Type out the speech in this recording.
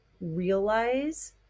realize